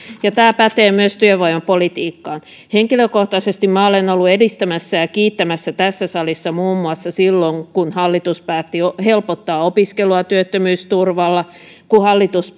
ja tämä pätee myös työvoimapolitiikkaan henkilökohtaisesti olen ollut edistämässä ja kiittämässä tässä salissa muun muassa silloin kun hallitus päätti helpottaa opiskelua työttömyysturvalla kun hallitus